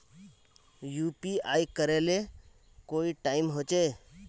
UPI करे ले कोई टाइम होचे?